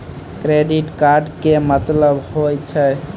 Credit card के मतलब होय छै?